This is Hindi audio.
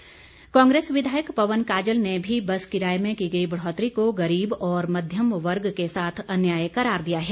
काजल कांग्रेस विधायक पवन काजल ने भी बस किराए में की गई बढौतरी को गरीब और मध्यम वर्ग के साथ अन्याय करार दिया है